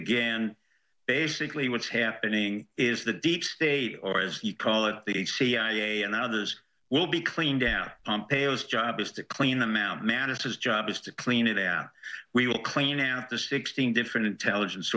again basically what's happening is the deep state or as you call it the cia and others will be cleaned down as job is to clean them out man it's his job is to clean it out we will clean out the sixteen different intelligence